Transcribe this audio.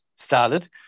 started